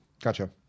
Gotcha